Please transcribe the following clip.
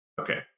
Okay